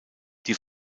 die